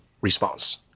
response